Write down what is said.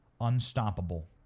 unstoppable